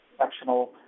exceptional